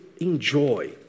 enjoy